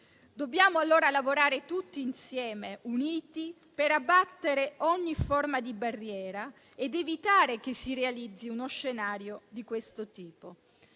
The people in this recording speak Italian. Dobbiamo allora lavorare tutti insieme uniti per abbattere ogni forma di barriera ed evitare che si realizzi uno scenario di questo tipo.